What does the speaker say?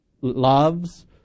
loves